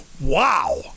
wow